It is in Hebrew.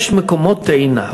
יש מקומות טעינה,